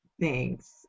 Thanks